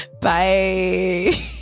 Bye